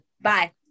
Bye